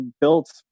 built